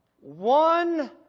One